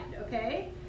okay